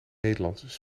nederlands